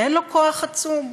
אין לו כוח עצום?